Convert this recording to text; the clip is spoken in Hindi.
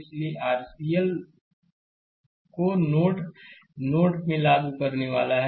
इसलिए यह आरसीएल को नोड नोड में लागू करने वाला है